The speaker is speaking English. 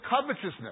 covetousness